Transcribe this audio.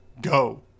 Go